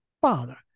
Father